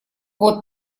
вот